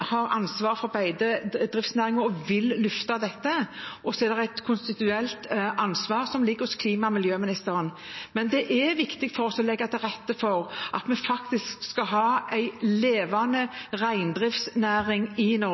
har ansvaret for beitenæringen og vil løfte dette, og så er det et konstitusjonelt ansvar som ligger hos klima- og miljøministeren. Dette er viktig for å legge til rette for at vi kan ha en levende reindriftsnæring i Norge.